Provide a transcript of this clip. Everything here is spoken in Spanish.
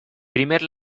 primer